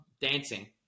dancing